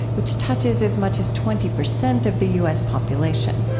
which touches as much as twenty percent of the u s. population